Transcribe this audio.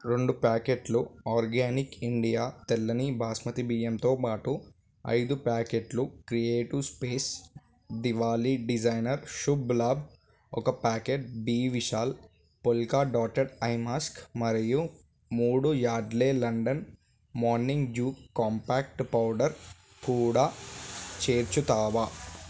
రెండు ప్యాకెట్లు organic India తెల్లని బాస్మతి బియ్యంతో పాటు ఐదు ప్యాకెట్లు creative space Diwali designer Shubh Labh ఒక packet B Vishal polka dotted eye mask మరియు మూడు Yardley London morning dew compact powder కూడా చేర్చుతావా